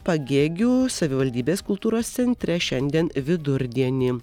pagėgių savivaldybės kultūros centre šiandien vidurdienį